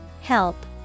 Help